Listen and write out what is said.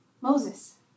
Moses